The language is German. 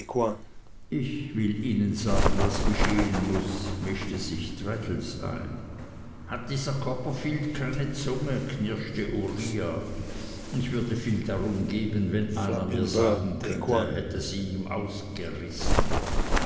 ich will ihnen sagen was geschehen muß mischte sich traddles ein hat dieser copperfield keine zunge knirschte uriah ich würde viel darum geben wenn mir einer sagen könnte er hätte sie ihm ausgerissen